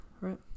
right